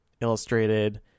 illustrated